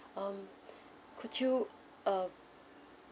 um could you uh